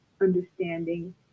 understanding